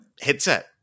headset